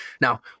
Now